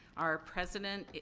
our president,